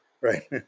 right